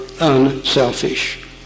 unselfish